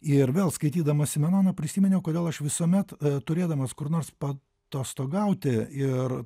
ir vėl skaitydamas simenoną prisiminiau kodėl aš visuomet turėdamas kur nors paatostogauti ir